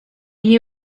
knew